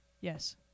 Yes